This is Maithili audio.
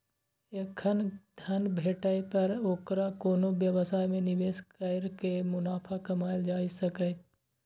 एखन धन भेटै पर ओकरा कोनो व्यवसाय मे निवेश कैर के मुनाफा कमाएल जा सकैए